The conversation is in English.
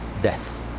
death